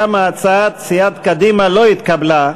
גם הצעת סיעת קדימה לא נתקבלה.